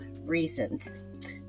reasons